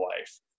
life